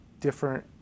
different